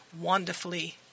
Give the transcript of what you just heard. wonderfully